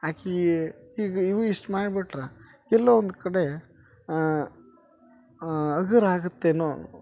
ಆಕೆ ಈಗ ಇವು ಇಷ್ಟು ಮಾಡ್ಬಿಟ್ರೆ ಎಲ್ಲೋ ಒಂದು ಕಡೆ ಹಗರ್ ಆಗುತ್ತೇನೋ